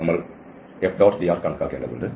നമ്മൾ ഈ F⋅dr കണക്കാക്കേണ്ടതുണ്ട്